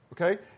okay